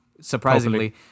Surprisingly